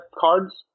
cards